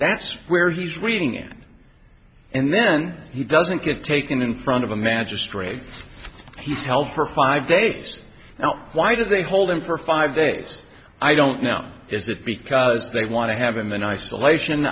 that's where he's reading in and then he doesn't get taken in front of a magistrate he's held for five days now why did they hold him for five days i don't now is it because they want to have him in isolation